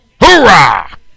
Hoorah